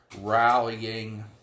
rallying